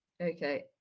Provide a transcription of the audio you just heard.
Okay